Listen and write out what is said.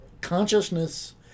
consciousness